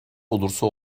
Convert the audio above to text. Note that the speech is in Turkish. olursa